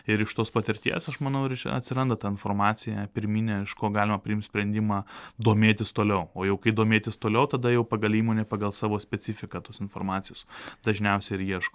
ir iš tos patirties aš manau ir š atsiranda ta informacija pirminė iš ko galima priimt sprendimą domėtis toliau o jau kai domėtis toliau tada jau pagal įmonė pagal savo specifiką tos informacijos dažniausia ir ieško